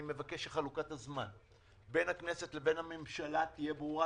אני מבקש שחלוקת הזמן בין הכנסת לבין הממשלה תהיה ברורה,